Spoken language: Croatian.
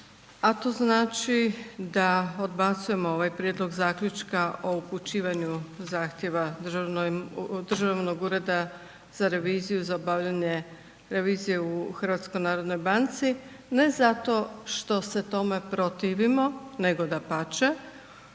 a to znači da odbacujemo ovaj prijedlog zaključka o upućivanju zahtjeva Državnog ureda za reviziju za obavljanje revizije u Hrvatskoj narodnoj banci, ne zato što se tome protivimo nego dapače